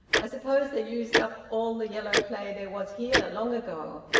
i suppose they used up all the yellow clay there was here, long ago?